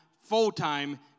full-time